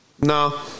No